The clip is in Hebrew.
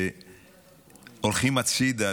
שהולכים הצידה,